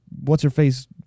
what's-her-face